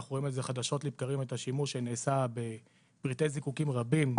אנחנו רואים חדשות לבקרים את השימוש שנעשה בפריטי זיקוקין רבים.